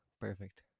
Perfect